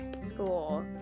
school